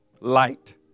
Light